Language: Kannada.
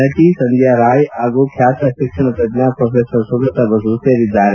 ನಟ ಸಂಧ್ಯಾರಾಯ್ ಹಾಗೂ ಖ್ಯಾತ ಶಿಕ್ಷಣ ತಜ್ಜ ಪ್ರೊಫೆಸರ್ ಸುಗತಾ ಬಸು ಸೇರಿದ್ದಾರೆ